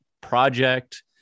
project